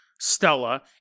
Stella